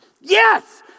Yes